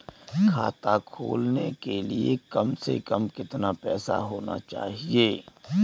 खाता खोलने के लिए कम से कम कितना पैसा होना चाहिए?